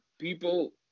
people